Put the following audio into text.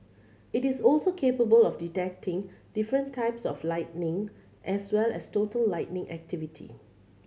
it is also capable of detecting different types of lightning as well as total lightning activity